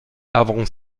avant